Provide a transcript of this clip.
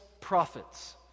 prophets